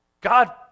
God